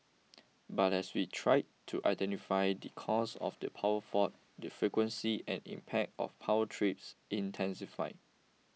but as we tried to identify the cause of the power fault the frequency and impact of power trips intensified